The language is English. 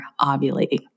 ovulating